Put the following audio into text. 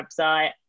website